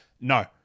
no